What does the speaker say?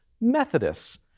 Methodists